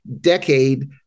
decade